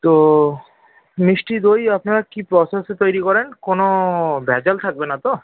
তো মিষ্টি দই আপনারা কী প্রসেসে তৈরি করেন কোনও ভেজাল থাকবে না তো